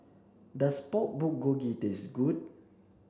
does Pork Bulgogi taste good